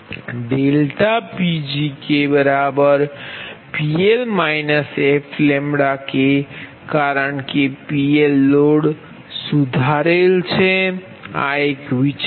∆PgKPL fKકારણ કે PLપર લોડ સુધારેલ છે આ એક વિચાર છે